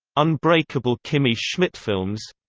unbreakable kimmy schmidtfilms